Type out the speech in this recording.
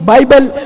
Bible